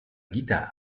guitare